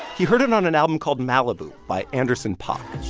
he heard it on an album called malibu by anderson paak